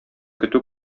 көтү